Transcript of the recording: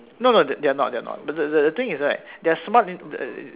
no no they're not they're not but the the thing is right they're smart